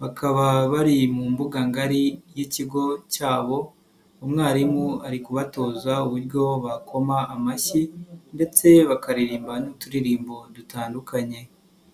bakaba bari mu mbuga ngari y'ikigo cyabo umwarimu ari kubatoza uburyo bakoma amashyi ndetse bakaririmba n'uturirimbo dutandukanye.